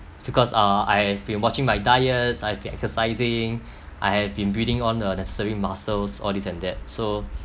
because uh I have been watching my diets I've been exercising I have been building on the necessary muscles all this and that so